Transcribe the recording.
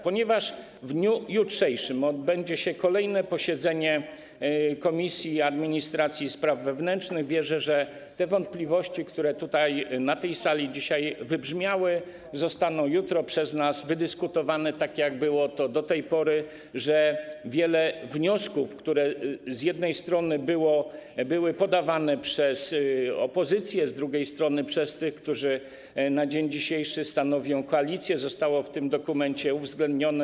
Ponieważ w dniu jutrzejszym odbędzie się kolejne posiedzenie Komisji Administracji i Spraw Wewnętrznych, wierzę, że te wątpliwości, które tutaj na tej sali dzisiaj wybrzmiały, zostaną jutro przez nas przedyskutowane, tak jak było do tej pory, że wiele wniosków, które były z jednej strony podawane przez opozycję, a z drugiej strony przez tych, którzy dzisiaj stanowią koalicję, zostało w tym dokumencie uwzględnionych.